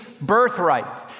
birthright